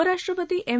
उपराष्ट्रपती एम